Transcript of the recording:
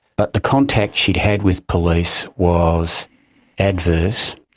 but the contact she'd had with police was adverse.